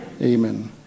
Amen